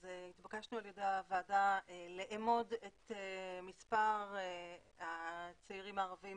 התבקשנו על ידי הוועדה לאמוד את מספר הצעירים הערביים